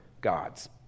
gods